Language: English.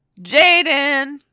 Jaden